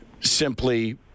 simply